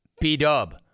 B-Dub